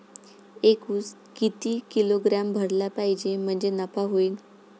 एक उस किती किलोग्रॅम भरला पाहिजे म्हणजे नफा होईन?